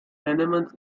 tenements